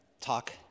talk